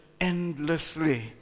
endlessly